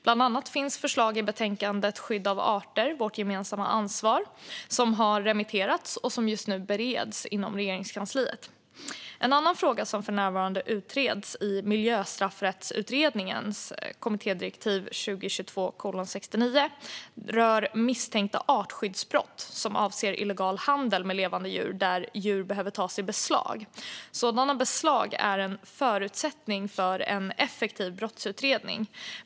Bland annat finns förslag i betänkandet Skydd av arter - vårt gemensamma ansvar som har remitterats och som nu bereds inom Regeringskansliet. En annan fråga, som för närvarande utreds i Miljöstraffrättsutredningen, dir. 2022:69, rör misstänkta artskyddsbrott som avser illegal handel med levande djur där djur behöver tas i beslag. Sådana beslag är en förutsättning för en effektiv brottsutredning.